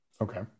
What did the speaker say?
okay